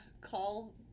call